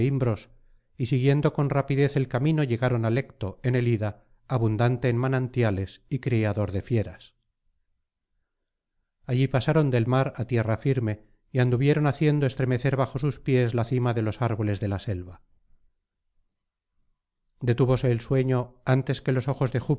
y siguiendo con rapidez el camino llegaron á lecto en el ida abundante en manantiales y criador de fieras allí pasaron del mar á tierra firme y anduvieron haciendo estremecer bajo sus pies la cima de los árboles de la selva detúvose el sueño antes que los ojos de